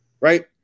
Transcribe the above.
right